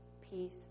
peace